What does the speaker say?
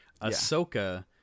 Ahsoka